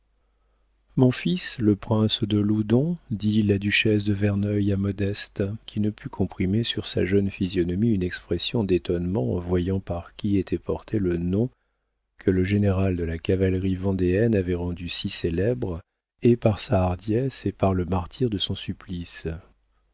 mon fils le prince de loudon dit la duchesse de verneuil à modeste qui ne put comprimer sur sa jeune physionomie une expression d'étonnement en voyant par qui était porté le nom que le général de la cavalerie vendéenne avait rendu si célèbre et par sa hardiesse et par le martyre de son supplice